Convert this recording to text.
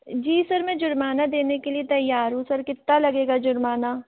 जी sir मैं जुर्माना देने के लिए तैयार हूँ सर कितना लगेगा जुर्माना